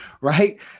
right